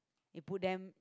you put them